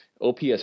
OPS